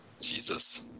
Jesus